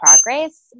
progress